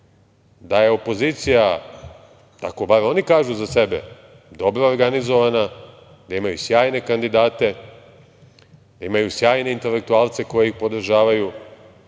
da je opozicija, tako bar oni kažu za sebe, dobro organizovana, da imaju sjajne kandidate, da imaju sjajne intelektualce koji ih podržavaju,